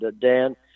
Dan